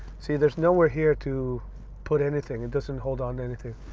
see there's nowhere here to put anything it doesn't hold on to anything.